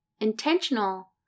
intentional